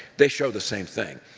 they show the same thing,